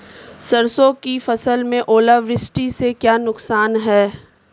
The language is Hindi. सरसों की फसल में ओलावृष्टि से क्या नुकसान है?